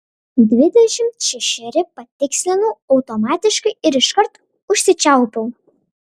dvidešimt šešeri patikslinau automatiškai ir iškart užsičiaupiau